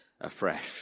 afresh